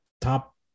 top